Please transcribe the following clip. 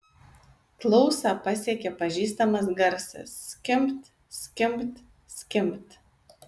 klausą pasiekė pažįstamas garsas skimbt skimbt skimbt